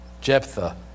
Jephthah